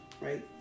right